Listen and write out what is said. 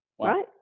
Right